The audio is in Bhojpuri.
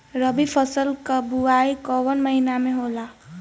रबी फसल क बुवाई कवना महीना में होला?